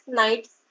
nights